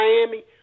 Miami